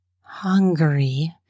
hungry